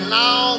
now